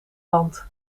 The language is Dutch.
land